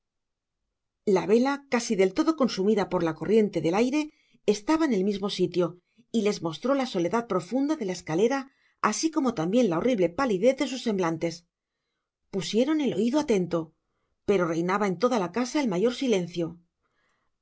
la vela casi del todo consumida por la corriente del aire estaba en el mismo sitio y les mostró la soledad profunda de la escalera asi como tambien la horrible palidez de sus semblantes pusieron el oido atento pero reinaba en toda la casa el mayor silencio